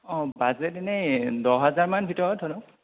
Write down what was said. অ' budget এনে দহ হাজাৰ মান ভিতৰত